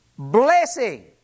Blessing